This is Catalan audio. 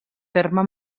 terme